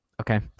okay